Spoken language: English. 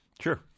Sure